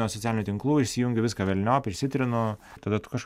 nuo socialinių tinklų išsijungiu viską velniop išsitrinu tada aš